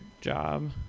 job